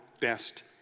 best